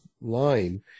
line